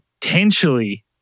potentially